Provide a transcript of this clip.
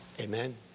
Amen